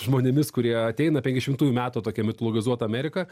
žmonėmis kurie ateina penki šimtųjų metų tokia mitologizuota amerika